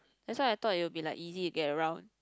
that's why I thought it will be like easy to get around